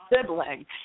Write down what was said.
sibling